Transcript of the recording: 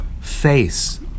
face